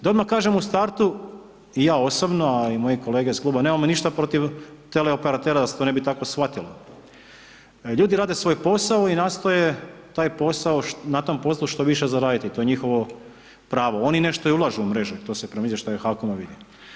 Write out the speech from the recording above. Da odmah kaže u startu i ja osobno a i moji kolege iz kluba, nemamo mi ništa protiv teleoperatera da to ne bi tako shvatilo, ljudi rade svoj posao i nastoje na tom poslu što više zaraditi, to je njihovo pravo, oni nešto i ulažu u mrežu, to se prema izvještaju HAKOM-a vidi.